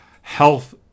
health